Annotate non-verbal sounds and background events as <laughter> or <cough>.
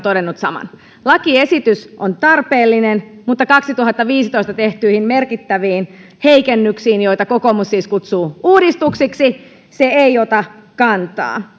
<unintelligible> todennut saman lakiesitys on tarpeellinen mutta kaksituhattaviisitoista tehtyihin merkittäviin heikennyksiin joita kokoomus siis kutsuu uudistuksiksi se ei ota kantaa